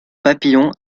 papillons